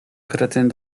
kretyn